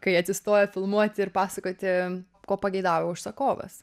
kai atsistoja filmuoti ir pasakoti ko pageidavo užsakovas